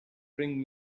bring